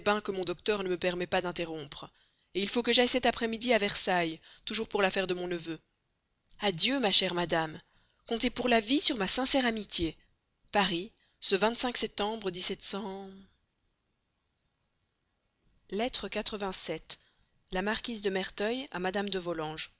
que mon docteur ne me permet pas d'interrompre il faut que j'aille cet après-midi à versailles toujours pour l'affaire de mon neveu adieu ma chère madame comptez pour la vie sur ma sincère amitié paris ce lettre la marquise de merteuil à madame de